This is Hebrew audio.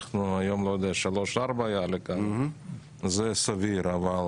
היום זה 3.4, זה סביר, אבל